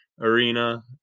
arena